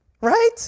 Right